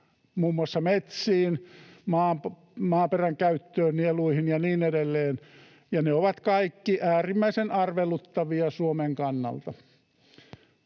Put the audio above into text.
muun muassa metsiin, maaperän käyttöön, nieluihin ja niin edelleen, ja ne ovat kaikki äärimmäisen arveluttavia Suomen kannalta.